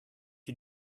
you